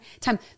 time